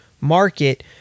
market